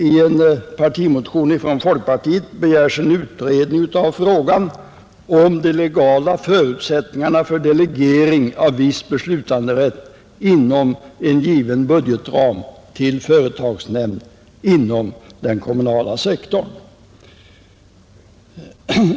I en partimotion från folkpartiet begärs en utredning av frågan om de legala förutsättningarna för delegering av viss beslutanderätt inom en given budgetram till företagsnämnd inom den kommunala sektorn.